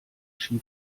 ski